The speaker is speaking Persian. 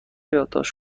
یادداشت